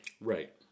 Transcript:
right